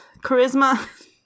charisma